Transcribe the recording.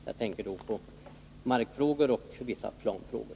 Jag tänker t.ex. på markfrågor och vissa planfrågor.